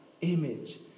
image